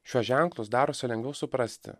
šiuos ženklus darosi lengviau suprasti